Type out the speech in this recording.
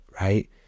right